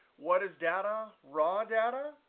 what is data? raw data?